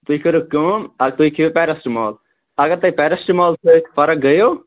تُہۍ کٔریو کٲم اَدٕ تُہۍ کھیٚیُو پٮ۪رَسٹمال اَگر تۄہہِ پٮ۪رَسٹمال سۭتۍ فرق گٔیَو